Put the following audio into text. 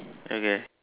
okay